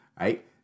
right